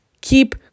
Keep